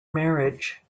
marriage